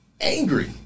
angry